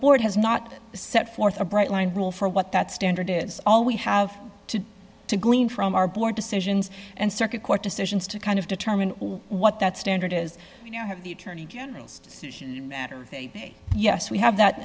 board has not set forth a bright line rule for what that standard is all we have to to glean from our board decisions and circuit court decisions to kind of determine what that standard is you know have the attorney general's decision say yes we have that